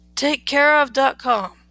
TakeCareOf.com